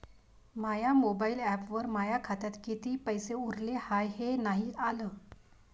माया mobile ॲपवर माया खात्यात किती पैसे उरले हाय हे नाही आलं